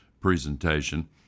presentation